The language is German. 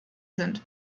sind